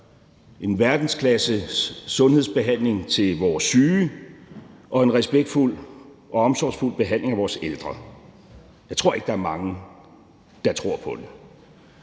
en verdensklassessundhedsbehandling til vores syge og en respektfuld og omsorgsfuld behandling af vores ældre. Jeg tror ikke, der er mange, der tror på den.